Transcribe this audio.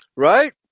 Right